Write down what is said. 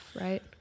right